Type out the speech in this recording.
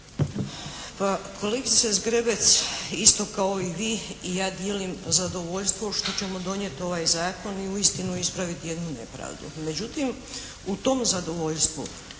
Pa kolegice Zgrebec isto kao i vi ja dijelim zadovoljstvo što ćemo donijeti ovaj zakon i uistinu ispraviti jednu nepravdu. Međutim u tom zadovoljstvu